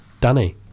Danny